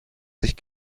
sich